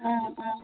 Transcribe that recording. অঁ অঁ